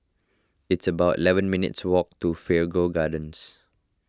it's about eleven minutes' walk to Figaro Gardens